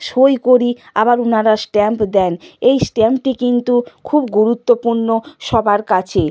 সই করি আবার উনারা স্ট্যাম্প দেন এই স্ট্যাম্পটি কিন্তু খুব গুরুত্বপূর্ণ সবার কাছে